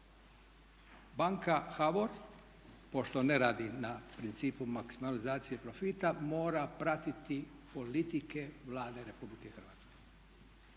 Banka HBOR pošto ne radi na principu maksimalizacije profita mora pratiti politike Vlade Republike Hrvatske,